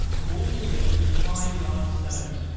the walls were built with fine large stones,